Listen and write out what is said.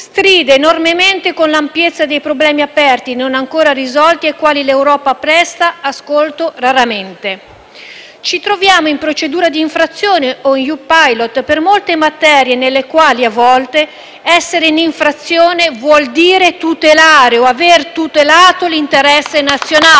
stride enormemente con l'ampiezza dei problemi aperti, non ancora risolti e ai quali l'Europa presta ascolto raramente. Ci troviamo in procedura di infrazione o EU-Pilot per molte materie nelle quali, a volte, essere in infrazione vuol dire tutelare o aver tutelato l'interesse nazionale,